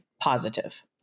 Positive